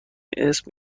اسم